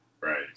right